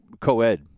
co-ed